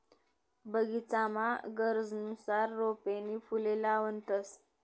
बगीचामा गरजनुसार रोपे नी फुले लावतंस